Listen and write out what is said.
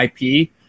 IP